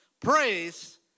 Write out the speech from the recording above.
Praise